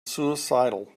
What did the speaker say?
suicidal